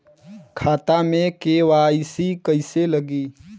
खाता में के.वाइ.सी कइसे लगी?